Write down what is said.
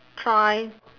try